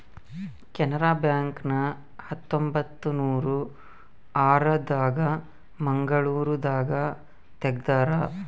Canara bank ನ ಹತ್ತೊಂಬತ್ತನೂರ ಆರ ದಾಗ ಮಂಗಳೂರು ದಾಗ ತೆಗ್ದಾರ